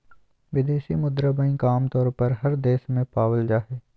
विदेशी मुद्रा बैंक आमतौर पर हर देश में पावल जा हय